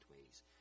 ways